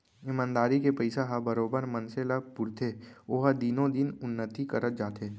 ईमानदारी के पइसा ह बरोबर मनसे ल पुरथे ओहा दिनो दिन उन्नति करत जाथे